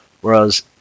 whereas